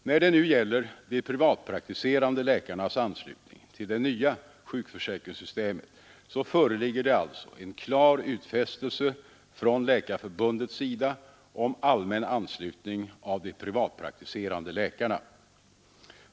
När det nu gäller de privatpraktiserande läkarnas anslutning till det nya sjukförsäkringssystemet så föreligger det alltså en klar utfästelse från Läkarförbundets sida om allmän anslutning av de privatpraktiserande läkarna.